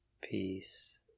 peace